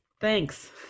thanks